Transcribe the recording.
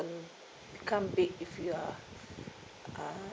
become big if you are uh